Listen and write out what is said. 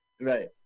Right